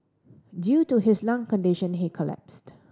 due to his lung condition he collapsed